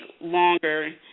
longer